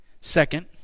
Second